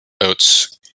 oats